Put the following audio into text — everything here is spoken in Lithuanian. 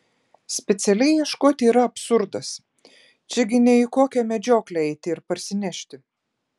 specialiai ieškoti yra absurdas čia gi ne į kokią medžioklę eiti ir parsinešti